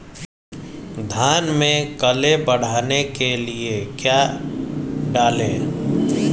धान में कल्ले बढ़ाने के लिए क्या डालें?